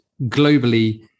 globally